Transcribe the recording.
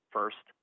First